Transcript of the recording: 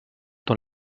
dans